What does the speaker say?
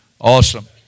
Awesome